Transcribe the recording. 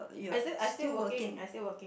as if I still working I still work